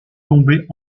tombés